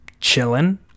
chilling